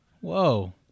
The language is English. Whoa